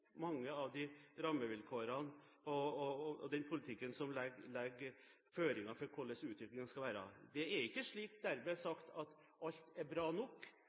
mange av de rammevilkårene og den politikken som legger føringer for hvordan utviklingen skal være. Det er ikke dermed sagt at alt er bra nok,